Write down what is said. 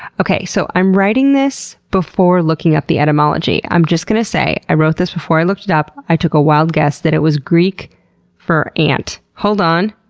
okay, so i'm writing this before looking up the etymology. i'm just going to say, i wrote this before i looked it up. i took a wild guess that it was greek for ant. hold on,